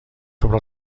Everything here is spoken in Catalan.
sobre